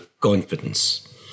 confidence